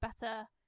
better